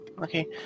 Okay